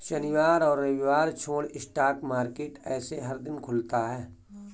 शनिवार और रविवार छोड़ स्टॉक मार्केट ऐसे हर दिन खुलता है